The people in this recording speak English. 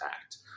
act